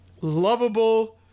Lovable